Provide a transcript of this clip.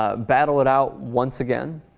ah battle it out once again